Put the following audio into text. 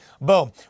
Boom